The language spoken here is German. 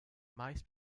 meist